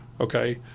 okay